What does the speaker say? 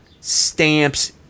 stamps